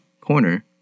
corner